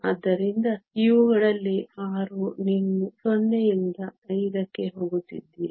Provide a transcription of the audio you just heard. ಆದ್ದರಿಂದ ಇವುಗಳಲ್ಲಿ 6 ನೀವು 0 ರಿಂದ 5 ಕ್ಕೆ ಹೋಗುತ್ತಿದ್ದೀರಿ